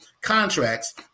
contracts